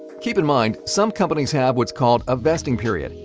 keep in mind, some companies have what's called a vesting period.